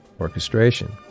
orchestration